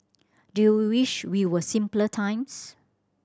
do you wish we were simpler times